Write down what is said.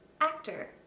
actor